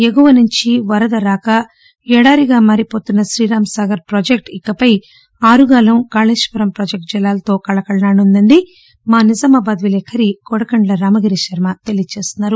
ఎగువ నుంచి వరద రాకఎడారిగా మారిపోతున్న శ్రీరాంసాగర్ ప్రాజెక్టు ఇకపై ఆరుగాలం కాళేశ్వరం ప్రాజెక్ట్ జలాలతో కళకళలాడనుందని మా నిజామాబాద్ విలేఖరి తెలియజేస్తున్నారు